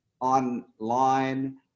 online